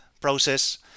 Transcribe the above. process